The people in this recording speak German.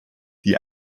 die